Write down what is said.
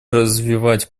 развивать